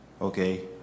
okay